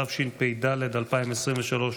התשפ"ד-2023,